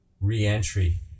re-entry